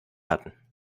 hatten